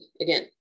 again